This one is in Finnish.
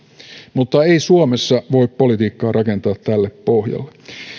mutta ei suomessa voi politiikkaa rakentaa tälle pohjalle